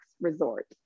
resort